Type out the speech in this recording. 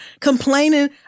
complaining